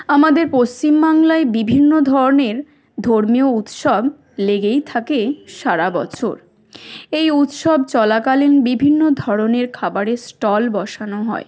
আমাদের পশ্চিম বাংলায় বিভিন্ন ধরনের ধর্মীয় উৎসব লেগেই থাকে সারা বছর এই উৎসব চলাকালীন বিভিন্ন ধরনের খাবারের স্টল বসানো হয়